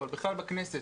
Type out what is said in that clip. אבל בכלל בכנסת